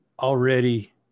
already